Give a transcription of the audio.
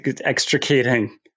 Extricating